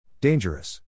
Dangerous